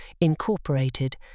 incorporated